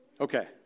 Okay